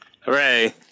Hooray